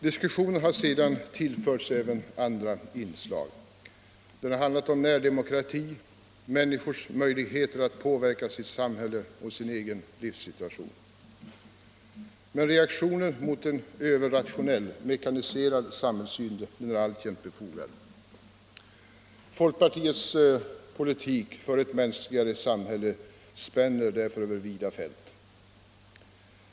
Diskussionen har sedan tillförts även andra inslag. Den har handlat om närdemokrati och människors möjligheter att påverka sitt samhälle och sin egen livssituation. Men reaktionen mot en överrationell, mekaniserad samhällssyn är alltjämt befogad. Folkpartiets politik för ett mänskligare samhälle spänner över vida fält.